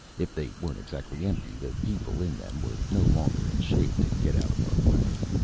if they weren't exactly empty, the people in them were no longer in shape to get out of our way.